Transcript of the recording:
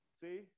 See